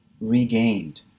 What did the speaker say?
regained